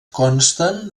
consten